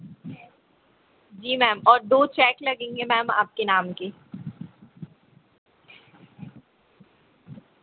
जी मैं और दो चेक लगेंगे मैंम आपके नाम के